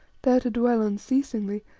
there to dwell unceasingly,